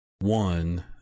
one